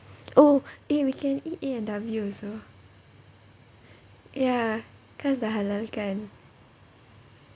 oh eh we can eat A&W also ya cause dah halal kan